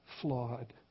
flawed